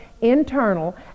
internal